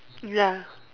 ya